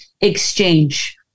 exchange